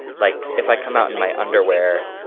like if i come out in my underwear.